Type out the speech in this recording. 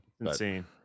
Insane